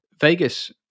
Vegas